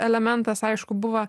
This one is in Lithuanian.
elementas aišku buvo